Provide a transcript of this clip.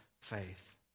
faith